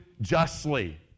justly